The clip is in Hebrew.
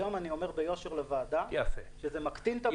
היום אני אומר ביושר לוועדה שזה מקטין את הבעיה.